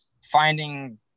finding